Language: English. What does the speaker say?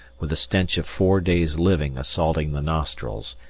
with the stench of four days' living assaulting the nostrils,